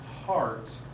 heart